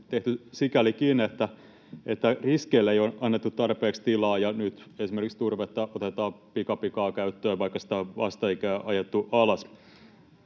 tehty sikälikin, että riskeille ei ole annettu tarpeeksi tilaa, ja nyt esimerkiksi turvetta otetaan pikapikaa käyttöön, vaikka sitä on vastikään ajettu alas.